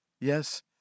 Yes